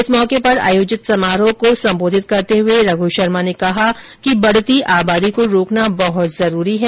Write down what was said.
इस मौके पर आयोजित समारोह को संबोधित करते हुए रघ् शर्मा ने कहा है कि बढ़ती आबादी को रोकना बहुत जरूरी है